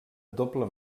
doble